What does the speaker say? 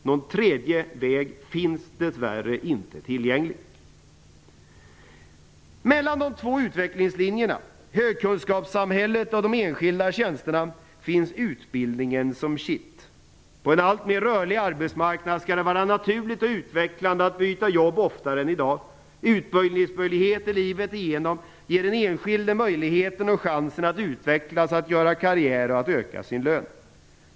Någon tredje väg finns dess värre inte tillgänglig. Mellan de två utvecklingslinjerna, högkunskapssamhället och de enskilda tjänsterna, finns utbildningen som kitt. På en alltmer rörlig arbetsmarknad skall det vara naturligt och utvecklande att byta jobb oftare än i dag. Utbildningsmöjligheter livet igenom ger den enskilde möjligheten och chansen att utvecklas, att göra karriär och att öka sin lön.